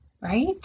Right